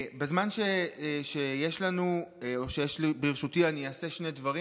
בזמן שיש לי ברשותי אני אעשה שני דברים,